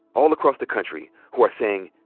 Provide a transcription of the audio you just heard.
all across the country, who are saying,